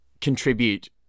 contribute